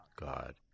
God